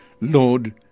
Lord